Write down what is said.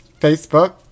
Facebook